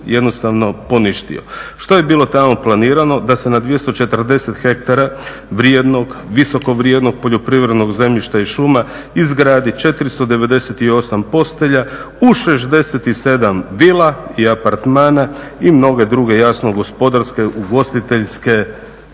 jednostavno poništio. Što je bilo tamo planirano da se na 240 hektara vrijednog, visoko vrijednog poljoprivrednog zemljišta i šuma izgradi 498 postelja u 67 vila i apartmana i mnoge druge jasno gospodarske, ugostiteljske,